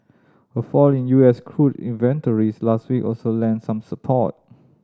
a fall in U S crude inventories last week also lent some support